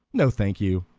no, thank you.